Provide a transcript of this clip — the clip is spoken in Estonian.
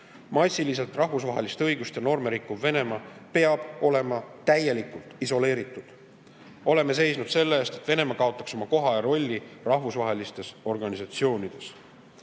Massiliselt rahvusvahelise õiguse norme rikkuv Venemaa peab olema täielikult isoleeritud. Oleme seisnud selle eest, et Venemaa kaotaks oma koha ja rolli rahvusvahelistes organisatsioonides.